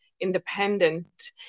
independent